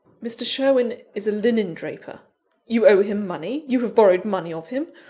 mr. sherwin is a linen-draper you owe him money you have borrowed money of him?